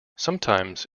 sometimes